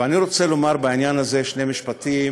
ואני רוצה לומר בעניין הזה שני משפטים,